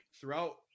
throughout